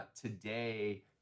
today